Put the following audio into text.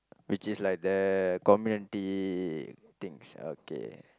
which is like the community things okay